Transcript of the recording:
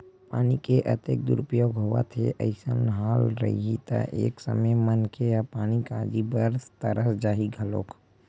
पानी के अतेक दुरूपयोग होवत हे अइसने हाल रइही त एक समे मनखे ह पानी काजी बर तरस जाही घलोक